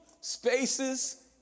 spaces